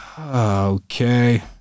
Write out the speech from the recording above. Okay